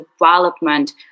development